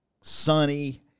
sunny